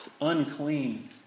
unclean